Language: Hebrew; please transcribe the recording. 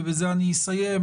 ובזה אסיים,